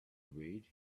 wait